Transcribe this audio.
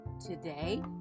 Today